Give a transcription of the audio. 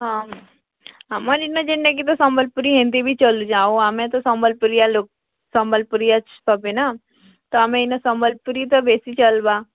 ହଁ ହଁ ମୋର୍ ଏନ୍ତା ଯେନ୍ତାକି ସମ୍ୱଲପୁରୀ ହେମ୍ତି ବି ଚଲିଯାଉଁ ଆମେ ତ ସମ୍ୱଲପୁରୀଆ ଲୋକ୍ ସମ୍ୱଲପୁରୀଆ ସବେ ନା ତ ଆମେ ଇନ ସମ୍ୱଲପୁରୀ ତ ବେଶୀ ଚାଲ୍ବା